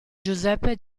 giuseppe